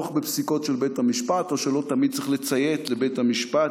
בפסיקות של בית המשפט או שלא תמיד צריך לציית לבית המשפט,